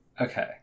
Okay